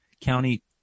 County